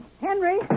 Henry